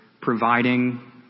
providing